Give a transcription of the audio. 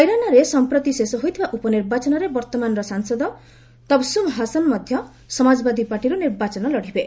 କଇରାନାରେ ସମ୍ପ୍ରତି ଶେଷ ହୋଇଥିବା ଉପନିର୍ବାଚନରେ ବର୍ତ୍ତମାନର ସାଂସଦ ତବସୁମ୍ ହାସନ ମଧ୍ୟ ସମାଜବାଦୀ ପାର୍ଟିରୁ ନିର୍ବାଚନ ଲଢିବେ